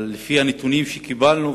אבל לפי הנתונים שקיבלנו,